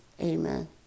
amen